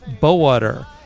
Bowater